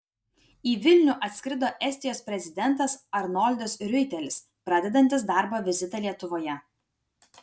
į vilnių atskrido estijos prezidentas arnoldas riuitelis pradedantis darbo vizitą lietuvoje